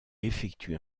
effectue